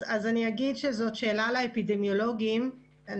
אז אני אגיד שזו שאלה לאפידמיולוגים במשרד הבריאות,